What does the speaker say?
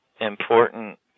important